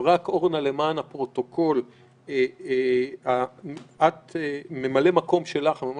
אורנה, למען הפרוטוקול, ממלא מקום שלך הוא אישי.